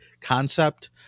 concept